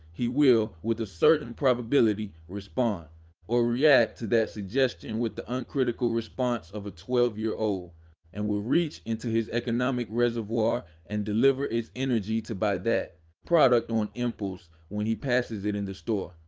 he will, with a certain probability, respond or react to that suggestion with the uncritical response of a twelve year old and will reach into his economic reservoir and deliver its energy to buy that product on impulse when he passes it in the store.